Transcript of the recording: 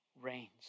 reigns